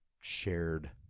shared